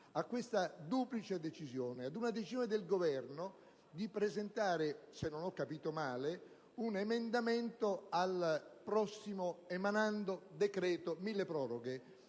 a questa duplice decisione. Vi è anzitutto una decisione del Governo di presentare, se non ho capito male, un emendamento al prossimo emanando decreto milleproroghe,